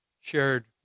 shared